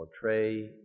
portray